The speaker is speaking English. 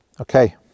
Okay